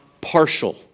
partial